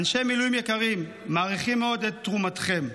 "אנשי מילואים יקרים, מעריכים מאוד את תרומתכם.